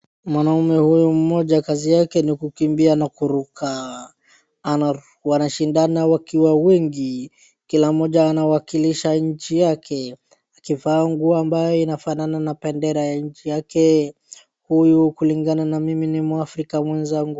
Mwanaume huyu mmoja kazi yake ni kukimbia na kuruka. Wanashidana wakiwa wengi, kila mmoja anawakilisha nchi yake. Akivaa nguo ambaye inafanana na bendera ya nchi yake huyu kulingana na mimi ni Mwaafrika mwezangu.